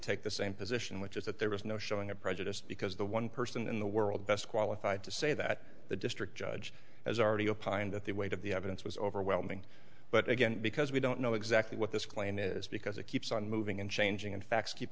take the same position which is that there was no showing a prejudiced because the one person in the world best qualified to say that the district judge has already opined that the weight of the evidence was overwhelming but again because we don't know exactly what this claim is because it keeps on moving and changing and facts keep